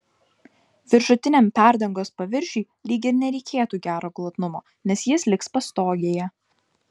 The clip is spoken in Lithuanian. viršutiniam perdangos paviršiui lyg ir nereikėtų gero glotnumo nes jis liks pastogėje